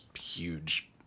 huge